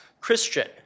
Christian